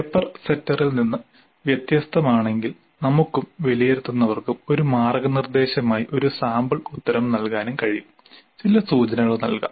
paper സെറ്ററിൽ നിന്ന് വ്യത്യസ്തമാണെങ്കിൽ നമുക്കും വിലയിരുത്തുന്നവർക്കും ഒരു മാർഗ്ഗനിർദ്ദേശമായി ഒരു സാമ്പിൾ ഉത്തരം നൽകാനും കഴിയും ചില സൂചനകൾ നൽകാം